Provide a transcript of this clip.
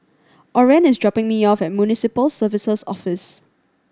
Orren is dropping me off at Municipal Services Office